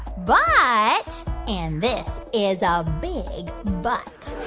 but and this is a big but.